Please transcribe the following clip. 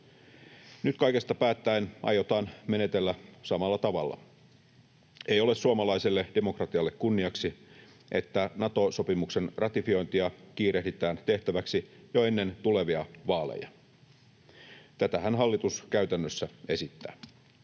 Nyt kaikesta päättäen aiotaan menetellä samalla tavalla. Ei ole suomalaiselle demokratialle kunniaksi, että Nato-sopimuksen ratifiointia kiirehditään tehtäväksi jo ennen tulevia vaaleja — tätähän hallitus käytännössä esittää.